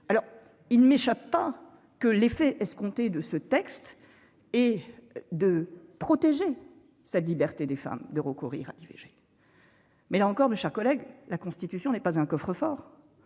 alors il ne m'échappe pas que l'effet escompté de ce texte et de protéger sa liberté des femmes de recourir à l'IVG. Mais là encore, mes chers collègues, la Constitution n'est pas un coffre-fort